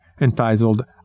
entitled